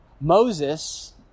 Moses